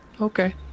Okay